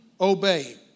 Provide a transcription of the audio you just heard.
obey